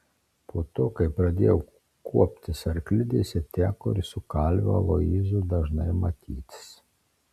po to kai pradėjau kuoptis arklidėse teko ir su kalviu aloyzu dažnai matytis